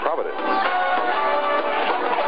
Providence